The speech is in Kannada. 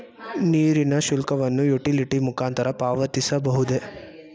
ನೀರಿನ ಶುಲ್ಕವನ್ನು ಯುಟಿಲಿಟಿ ಮುಖಾಂತರ ಪಾವತಿಸಬಹುದೇ?